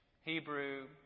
Hebrew